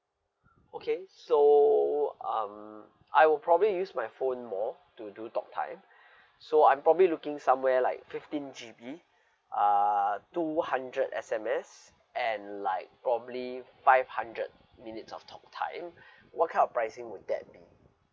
okay so um I will probably use my phone more to do talk time so I'm probably looking somewhere like fifteen G_B uh two hundred S_M_S and like probably five hundred minutes of talk time what kind of pricing would that be